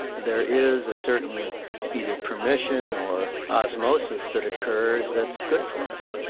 there is a certain either permission or osmosis that occurs that's good for us